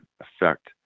affect